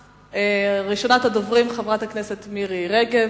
ראשונת הדוברים, חברת הכנסת מירי רגב,